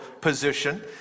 position